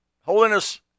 Holiness